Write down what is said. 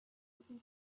into